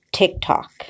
TikTok